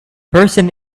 person